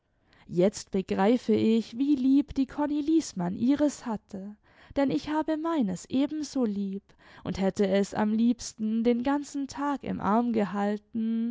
jetzt begreife ich wie lieb die konni liesntiann ihres hatte denn ich habe meines ebenso lieb und hätte es am liebsten den ganzen tag im arm gehalten